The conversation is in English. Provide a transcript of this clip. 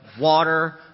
water